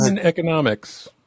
economics